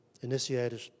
initiated